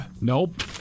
Nope